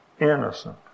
innocent